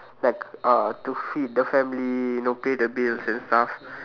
like uh to feed the family you know pay the bills and stuff